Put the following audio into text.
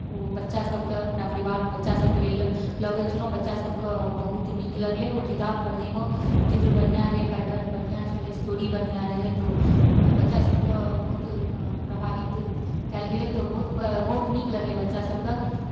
ओ बच्चासभके हमरा परिवारमे बच्चासभके लेल लऽ गेल छलहुँ बच्चासभकेँ बहुत नीक लगलै ओ किताब पढ़ैमे चित्र बढ़िआँ रहै पैटर्न बढ़िआँ छलै स्टोरी बढ़िआँ रहै तऽ बच्चासभके बहुत प्रभावित कयल गेलै तऽ बहुत बहुत नीक लगलै बच्चासभकेँ